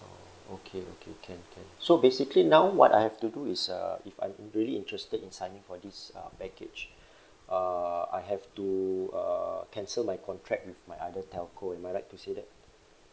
oh okay okay can can so basically now what I have to do is uh if I'm really interested in signing for this uh package uh I have to uh cancel my contract with my other telco am I right to say that